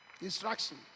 instruction